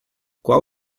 qual